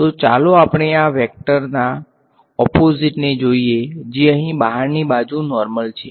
તો ચાલો આપણે આ વેક્ટરના ઓપોઝીટ ને જોઈએ જે અહીં બહારની બાજુ નોર્મલ છે